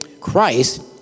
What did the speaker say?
Christ